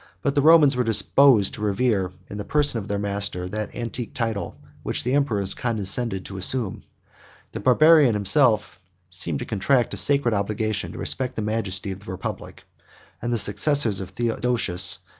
but the romans were disposed to revere, in the person of their master, that antique title which the emperors condescended to assume the barbarian himself seemed to contract a sacred obligation to respect the majesty of the republic and the successors of theodosius,